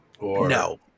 No